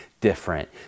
different